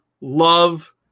love